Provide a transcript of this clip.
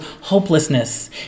hopelessness